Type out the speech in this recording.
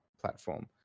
platform